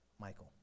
Michael